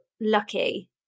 lucky